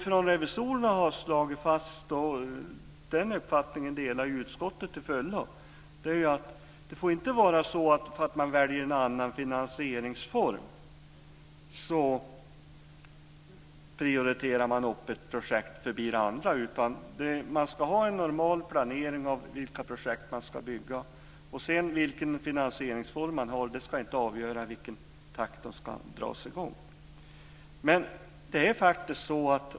Från revisorerna har man slagit fast, och den uppfattningen delar utskottet till fullo, att det inte får vara så att man bara för att man väljer en annan finansieringsform prioriterar upp ett projekt före ett annat. Man ska ha normal planering av vilka projekt man ska bygga. Finansieringsformen ska inte avgöra i vilken takt de ska dras i gång.